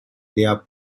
their